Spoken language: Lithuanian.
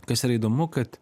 kas yra įdomu kad